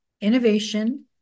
innovation